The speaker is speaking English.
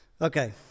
Okay